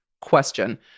question